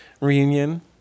reunion